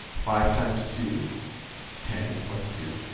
five times two is ten plus two,